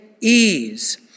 ease